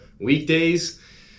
weekdays